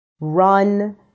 run